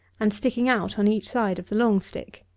and sticking out on each side of the long stick.